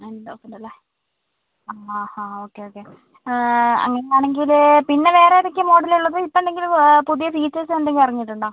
nine thousand അല്ലേ ആ ആ ഓക്കെ ഓക്കെ അങ്ങനെ ആണെങ്കിൽ പിന്നെ വേറെ ഏതൊക്കയാണ് മോഡൽ ഉള്ളത് ഇപ്പോൾ എന്തെങ്കിലും പുതിയ ഫീച്ചേർസ് എന്തെങ്കിലും ഇറങ്ങിയിട്ടുണ്ടോ